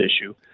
issue